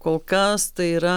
kol kas tai yra